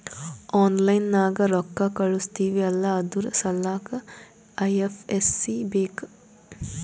online ನಾಗ್ ರೊಕ್ಕಾ ಕಳುಸ್ತಿವ್ ಅಲ್ಲಾ ಅದುರ್ ಸಲ್ಲಾಕ್ ಐ.ಎಫ್.ಎಸ್.ಸಿ ಬೇಕ್